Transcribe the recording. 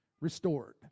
restored